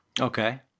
Okay